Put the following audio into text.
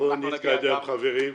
בואו נתקדם, חברים.